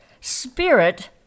Spirit